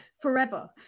Forever